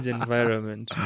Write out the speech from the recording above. environment